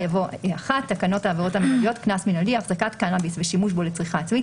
"פקודת הסמים המסוכנים(1) תקנות העבירות (נוסח חדש),